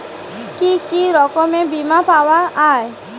কি কি রকমের বিমা পাওয়া য়ায়?